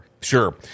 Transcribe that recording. Sure